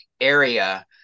area